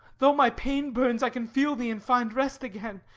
though my pain burns, i can feel thee and find rest again.